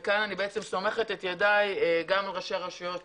כאן אני סומכת את ידיי על ראשי הרשויות